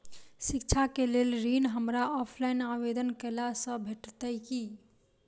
शिक्षा केँ लेल ऋण, हमरा ऑफलाइन आवेदन कैला सँ भेटतय की?